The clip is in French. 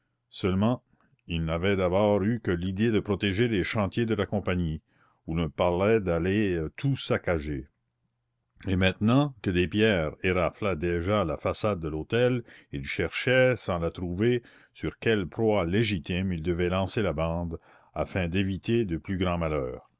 seulement il n'avait d'abord eu que l'idée de protéger les chantiers de la compagnie où l'on parlait d'aller tout saccager et maintenant que des pierres éraflaient déjà la façade de l'hôtel il cherchait sans la trouver sur quelle proie légitime il devait lancer la bande afin d'éviter de plus grands malheurs